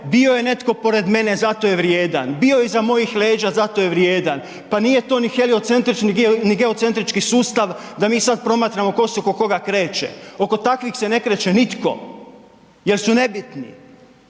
bio je netko pored mene zato je vrijedan, bio je iza mojih leđa zato je vrijedan. Pa nije to ni heliocentrični ni geocentrični sustav da mi sada promatramo tko se oko koga kreće. Oko takvih se ne kreće nitko jer su nebitni.